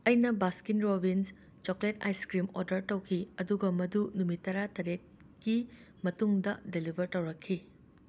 ꯑꯩꯅ Baskin Robbins chocolate ice cream order ꯇꯧꯈꯤ ꯑꯗꯨꯒ ꯃꯗꯨ ꯅꯨꯃꯤꯠ ꯇꯔꯥꯇꯔꯦꯠꯀꯤ ꯃꯇꯨꯡꯗ ꯗꯤꯂꯤꯚꯔ ꯇꯧꯔꯛꯈꯤ